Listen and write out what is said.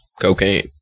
cocaine